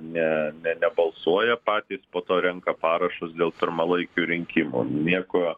ne ne nebalsuoja patys po to renka parašus dėl pirmalaikių rinkimų nieko